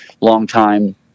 longtime